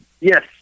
Yes